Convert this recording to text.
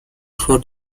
for